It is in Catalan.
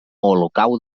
olocau